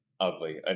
Ugly